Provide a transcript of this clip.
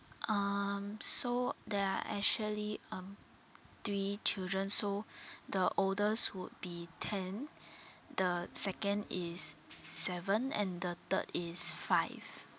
um so there are actually um three children so the oldest would be ten the second is seven and the third is five